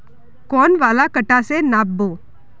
कौन वाला कटा से नाप बो?